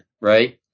Right